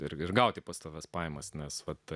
ir gauti pastovias pajamas nes vat